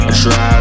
try